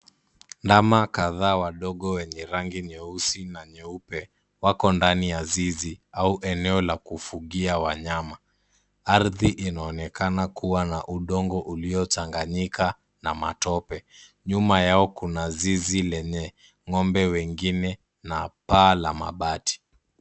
Ndama kadhaa, wadogo, wenye rangi nyeusi na nyeupe, wako ndani ya zizi au eneo la kufugia wanyama. Ardhi inaonekana kuwa na udongo uliochanganyika na matope. Nyuma yao kuna zizi lenye ng'ombe wengine, na paa la mabati.